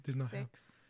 Six